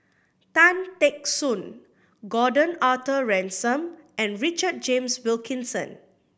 Tan Teck Soon Gordon Arthur Ransome and Richard James Wilkinson